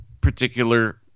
particular